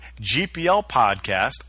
GPLPODCAST